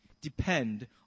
depend